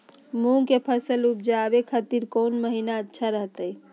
मूंग के फसल उवजावे खातिर कौन महीना अच्छा रहतय?